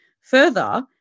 Further